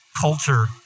culture